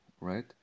right